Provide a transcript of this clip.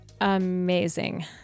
amazing